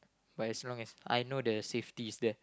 but as long as I know the safety is there